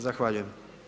Zahvaljujem.